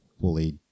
fully